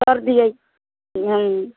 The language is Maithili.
कर दियै हूँ